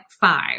five